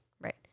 Right